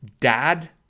dad